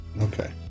Okay